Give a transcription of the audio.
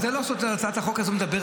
זה לא מחליף את העניין עצמו.